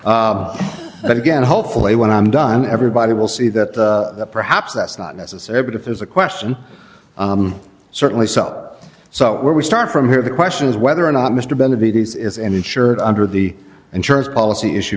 but again hopefully when i'm done everybody will see that perhaps that's not necessary but if there's a question certainly so so where we start from here the question is whether or not mr bennett bts is insured under the insurance policy issue